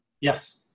yes